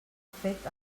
fet